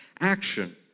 action